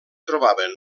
trobaven